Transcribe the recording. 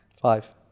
Five